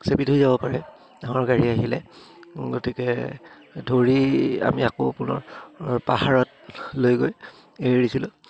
চেপি থৈয়ো যাব পাৰে ডাঙৰ গাড়ী আহিলে গতিকে ধৰি আমি আকৌ পুনৰ পাহাৰত লৈ গৈ এৰি দিছিলোঁ